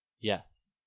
Yes